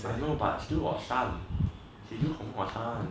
I know but still got sun jeju still got sun